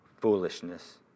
foolishness